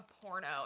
porno